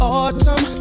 autumn